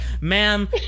ma'am